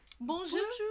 Bonjour